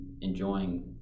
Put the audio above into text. enjoying